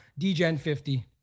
DGEN50